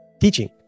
teaching